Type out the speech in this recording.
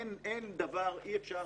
אי אפשר